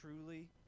truly